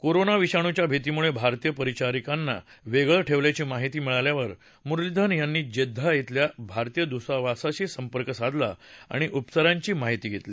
corona विषाणूच्या भीतीमुळे भारतीय परिचारिकांना वेगळ ठेवल्याची माहिती मिळाल्यावर मुरलीधरन यांनी जेद्दाह धिल्या भारतीय दूतावासाशी संपर्क साधला आणि उपचारांची माहिती घेतली